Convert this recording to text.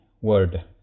Word